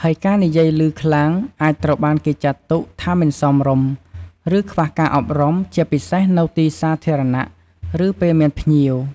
ហើយការនិយាយឮខ្លាំង អាចត្រូវបានគេចាត់ទុកថាមិនសមរម្យ ឬខ្វះការអប់រំ ជាពិសេសនៅទីសាធារណៈ ឬពេលមានភ្ញៀវ។